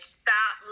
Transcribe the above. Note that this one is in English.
stop